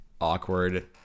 awkward